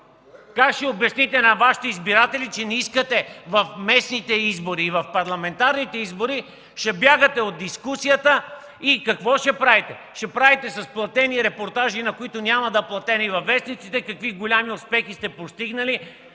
Как ще обясните на Вашите избиратели, че не искате в местните избори, и в парламентарните избори ще бягате от дискусията? Какво ще правите? Ще правите с платени репортажи, които няма да са платени във вестниците, какви големи успехи сте постигнали.